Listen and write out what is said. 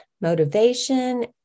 motivation